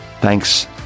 Thanks